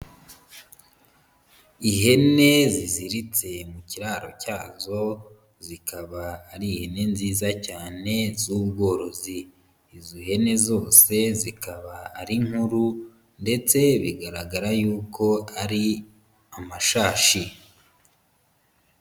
Ihene ziziritse mu kiraro cyazo, zikaba ari ihene nziza cyane z'ubworozi, izo hene zose zikaba ari nkuru ndetse bigaragara y'uko ari amashashi.